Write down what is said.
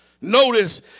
notice